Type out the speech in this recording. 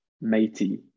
matey